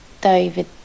David